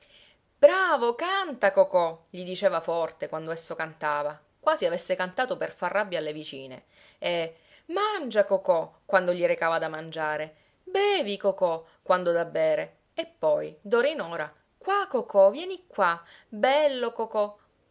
bravo canta cocò gli diceva forte quando esso cantava quasi avesse cantato per far rabbia alle vicine e mangia cocò quando gli recava da mangiare bevi cocò quando da bere e poi d'ora in ora qua cocò vieni qua bello cocò